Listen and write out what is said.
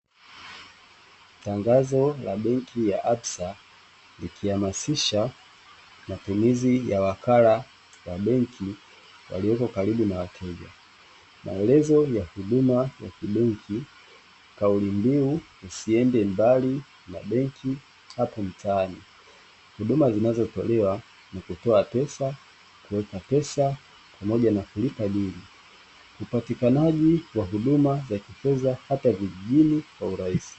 Tangazo la benki ya Absa likihamasisha matumizi ya wakala wa benki waliopo karibu na wateja, maelezo ya huduma ya kibenki kauli mbiu usiende mbali na benki hapa mtaani, huduma zinazotolewa ni kutoa pesa, kuweka pesa pamoja na kulipa bili upatikanaji wa huduma za kifedha hata vijijini kwa urahisi.